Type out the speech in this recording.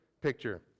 picture